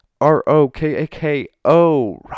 R-O-K-A-K-O